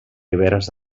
riberes